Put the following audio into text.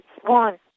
one